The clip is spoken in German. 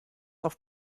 auf